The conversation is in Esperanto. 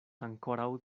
ankoraŭ